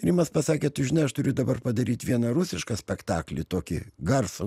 rimas pasakė tu žinai aš turiu dabar padaryti vieną rusišką spektaklį tokį garsų